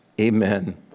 Amen